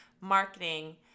marketing